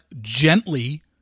gently